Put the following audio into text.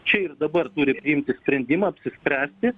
čia ir dabar turi priimti sprendimą apsispręsti